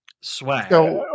Swag